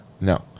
No